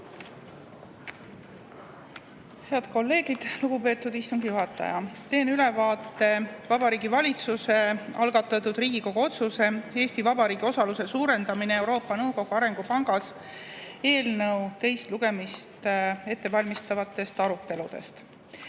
Head kolleegid! Lugupeetud istungi juhataja! Teen ülevaate Vabariigi Valitsuse algatatud Riigikogu otsuse "Eesti Vabariigi osaluse suurendamine Euroopa Nõukogu Arengupangas" eelnõu teist lugemist ettevalmistavatest aruteludest.